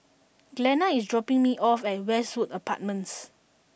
Glenna is dropping me off at Westwood Apartments